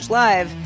live